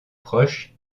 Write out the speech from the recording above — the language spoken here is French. proche